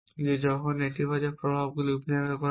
যে যখন নেতিবাচক প্রভাবগুলি উপেক্ষা করা হয়